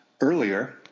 earlier